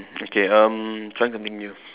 okay um trying something new